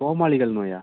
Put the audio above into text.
கோமாளிகள் நோயா